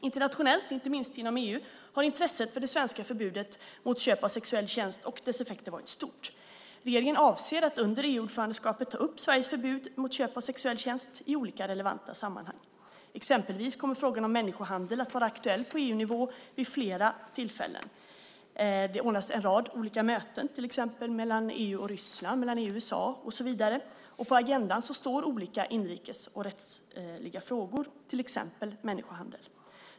Internationellt, inte minst inom EU, har intresset för det svenska förbudet mot köp av sexuell tjänst och dess effekter varit stort. Regeringen avser att under EU-ordförandeskapet ta upp Sveriges förbud mot köp av sexuell tjänst i olika relevanta sammanhang. Exempelvis kommer frågan om människohandel att vara aktuell på EU-nivå vid flera tillfällen under det svenska EU-ordförandeskapet. Varje ordförandeskap anordnar en rad olika möten med länder utanför EU, till exempel mellan EU och Ryssland samt mellan EU och USA. På agendan står olika rättsliga frågor och inrikesfrågor, bland annat människohandel.